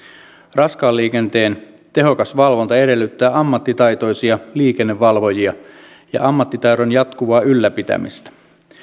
raskaan liikenteen tehokas valvonta edellyttää ammattitaitoisia liikennevalvojia ja ammattitaidon jatkuvaa ylläpitämistä